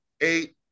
eight